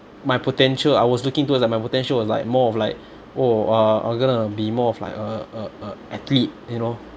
my potential I was looking towards like my potential was like more of like oh uh I'm going to be more of like a a a athlete you know